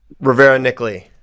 Rivera-Nickley